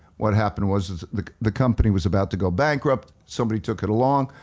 what happened was the the company was about to go bankrupt, somebody took it along,